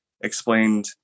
explained